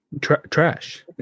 trash